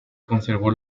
conservó